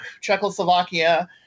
Czechoslovakia